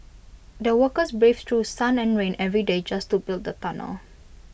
the workers braved through sun and rain every day just to build the tunnel